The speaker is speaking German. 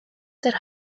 der